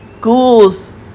Ghouls